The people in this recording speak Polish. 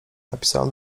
napisałem